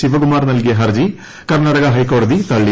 ശിവകുമാർ നൽകിയ ഹർജി കർണ്ണങൾെ ഹൈക്കോടതി തള്ളി